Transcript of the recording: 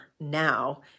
now